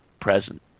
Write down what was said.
present